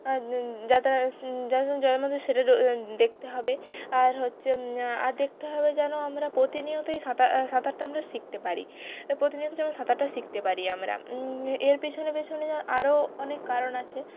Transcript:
আর যাতে স যাতে জলের মধ্যে সেটা দেখতে হবে আর হচ্ছে আর দেখতে হবে যেন আমরা প্রতিনিয়তই সাঁতার সাঁতারটা আমরা শিখতে পারি প্রতিনিয়ত যেন সাঁতারটা শিখতে পারি আমরা এর পেছনে পেছনে আরও অনেক কারণ আছে